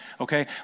okay